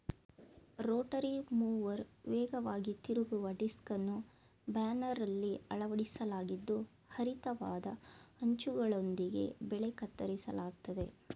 Rotary mower ವೇಗವಾಗಿ ತಿರುಗುವ ಡಿಸ್ಕನ್ನು ಬಾರ್ನಲ್ಲಿ ಅಳವಡಿಸಲಾಗಿದ್ದು ಹರಿತವಾದ ಅಂಚುಗಳೊಂದಿಗೆ ಬೆಳೆ ಕತ್ತರಿಸಲಾಗ್ತದೆ